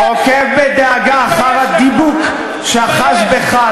עוקב בדאגה אחר הדיבוק שאחז בך,